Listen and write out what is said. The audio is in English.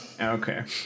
okay